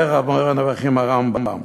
אומר המורה נבוכים, הרמב"ם: